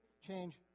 change